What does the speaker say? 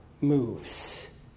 moves